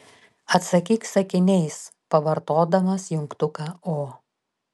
atsakyk sakiniais pavartodamas jungtuką o